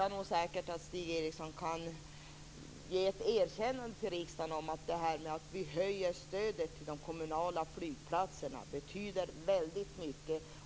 Jag tror säkert att Stig Eriksson kan ge ett erkännande till riksdagen om att höjningen av stödet till de kommunala flygplatserna betyder väldigt mycket.